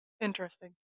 Interesting